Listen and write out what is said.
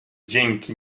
dzięki